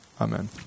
amen